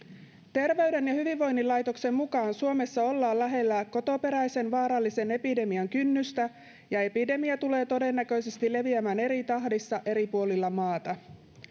terveyden ja hyvinvoinnin laitoksen mukaan suomessa ollaan lähellä kotoperäisen vaarallisen epidemian kynnystä ja epidemia tulee todennäköisesti leviämään eri tahdissa eri puolilla maata